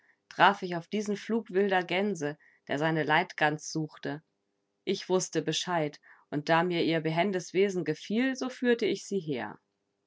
traf ich auf diesen flug wilder gänse der seine leitgans suchte ich wußte bescheid und da mir ihr behendes wesen gefiel so führte ich sie her